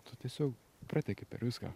tu tiesiog prateki per viską